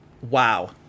Wow